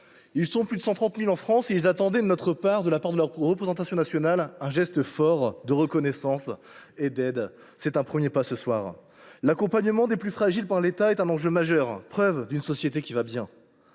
ils sont plus de 130 000 en France et ils attendaient de notre part, de la part de la représentation nationale, un geste fort de reconnaissance et d’aide ; c’est un premier pas que ce soir nous faisons. L’accompagnement des plus fragiles par l’État est un enjeu majeur, preuve d’une société qui va bien.